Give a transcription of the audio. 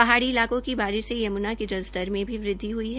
पहाड़ी इलाकों की बारिश से यम्नानगर जल स्तर में भी वृद्वि हई है